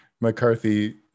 McCarthy